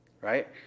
right